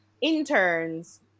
interns